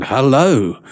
Hello